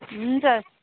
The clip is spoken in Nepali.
हुन्छ